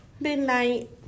midnight